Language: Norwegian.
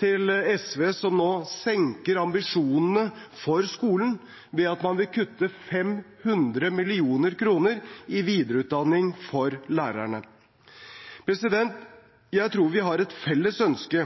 til SV, som nå senker ambisjonene for skolen ved at man vil kutte 500 mill. kr i videreutdanning for lærerne. Jeg tror vi har et felles ønske